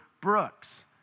Brooks